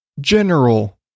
general